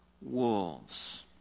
wolves